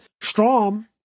strom